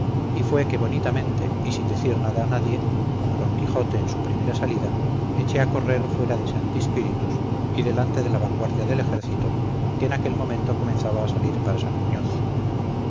y fue que bonitamente y sin decir nada a nadie como d quijote en su primera salida eché a correr fuera de santi spíritus y delante de la vanguardia del ejército que en aquel momento comenzaba a salir para san muñoz